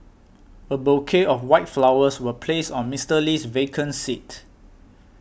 a bouquet of white flowers was placed on Mister Lee's vacant seat